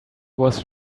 was